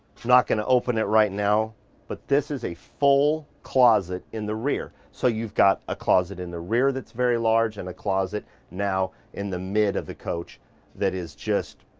not gonna open it right now but this is a full closet in the rear. so you've got a closet in the rear that's very large in a closet now in the mid of the coach that is just.